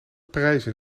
prijzen